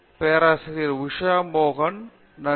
பேராசிரியர் உஷா மோகன் நன்றி